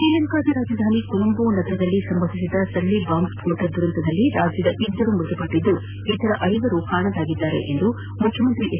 ಶ್ರೀಲಂಕಾದ ರಾಜಧಾನಿ ಕೊಲಂಬೋದಲ್ಲಿ ಸಂಭವಿಸಿದ ಸರಣಿ ಬಾಂಬ್ ಸ್ಪೋಟ ದುರಂತದಲ್ಲಿ ರಾಜ್ಯದ ಇಬ್ಬರು ವ್ಯಕ್ತಿಗಳು ಮೃತಪಟ್ಟಿದ್ದು ಇತರೆ ಐವರು ಕಣ್ಮರೆಯಾಗಿದ್ದಾರೆ ಎಂದು ಮುಖ್ಯಮಂತ್ರಿ ಎಚ್